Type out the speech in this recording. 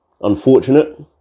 unfortunate